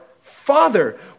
Father